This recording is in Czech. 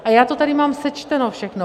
A já to tady mám sečteno všechno.